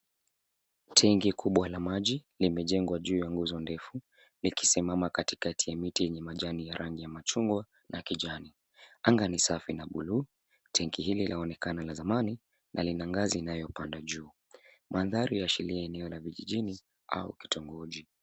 Tenki kubwa la maji limejengwa juu ya nguzo ndefu likisimama katikati ya miti yenye majani ya rangi ya machungwa na kijani. Anga ni safi na buluu. Tenki hili laonekana la zamani na lina ngazi inapanda juu. Mandhari yaashiria eneo la vijijini au kitongoji.